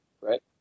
right